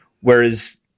Whereas